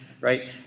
right